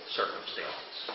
circumstances